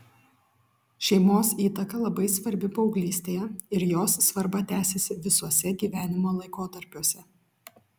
šeimos įtaka labai svarbi paauglystėje ir jos svarba tęsiasi visuose gyvenimo laikotarpiuose